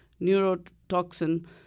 neurotoxin